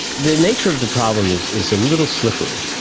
the nature of the problem is is a little slippery.